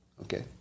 Okay